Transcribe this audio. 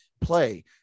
play